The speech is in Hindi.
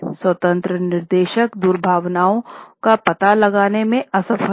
स्वतंत्र निदेशक दुर्भावनाओं का पता लगाने में असफल रहे